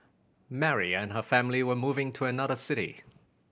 Mary and her family were moving to another city